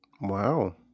Wow